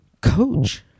Coach